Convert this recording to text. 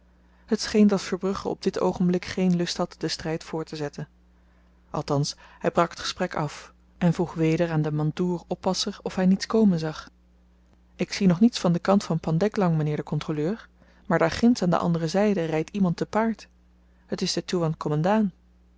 het scheen dat verbrugge op dit oogenblik geen lust had den stryd voorttezetten althans hy brak t gesprek af en vroeg weder aan den mandoor oppasser of hy niets komen zag ik zie nog niets van den kant van pandeglang mynheer de kontroleur maar daar ginds aan de andere zyde rydt iemand te paard het is de toewan